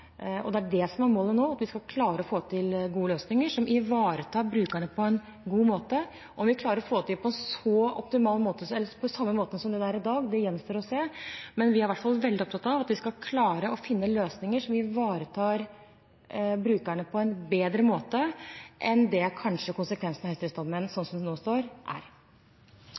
Det er det som er målet nå, at vi skal klare å få til gode løsninger som ivaretar brukerne på en god måte. Om vi klarer å få det til på den samme måten som det er i dag, gjenstår å se. Men vi er i hvert fall veldig opptatt av at vi skal klare å finne løsninger som ivaretar brukerne på en bedre måte enn det konsekvensene av høyesterettsdommen, sånn som den nå står,